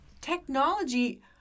technology